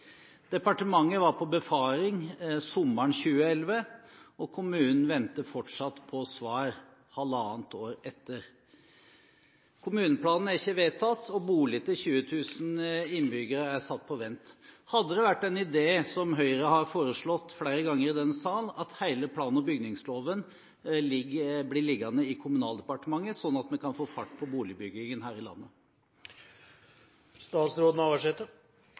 Departementet var på befaring sommeren 2011, og kommunen venter fortsatt på svar, halvannet år etter. Kommuneplanen er ikke vedtatt, og boliger til 20 000 innbyggere er satt på vent. Hadde det vært en idé, som Høyre har foreslått flere ganger i denne sal, at hele plan- og bygningsloven blir liggende i Kommunaldepartementet, sånn at vi kan få fart på boligbyggingen her i